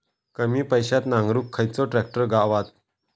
कमी पैशात नांगरुक खयचो ट्रॅक्टर गावात?